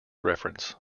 reference